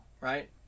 right